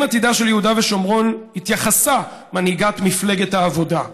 בעניין עתידה של יהודה ושומרון התייחסה מפלגת העבודה: